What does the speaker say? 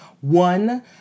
one